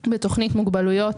בתוכנית מוגבלויות,